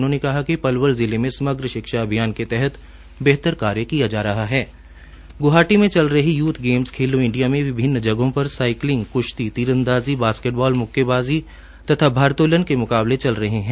उन्होंने कहा कि पलवल जिले में समग्र शिक्षा अभियानके तहत बेहतर कार्य किया जा रहा है ग्वाहाटी में चल रही गेम्स खेलो इंडिया में विभिन्न जगहों पर साईकलिंग क्श्ती तीरअंदाजी बास्केटबाल म्क्केबाज़ी तथा भारतोलन के म्काबले चल रहे है